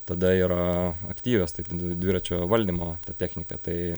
tada yra aktyvios tai dviračio valdymo technika tai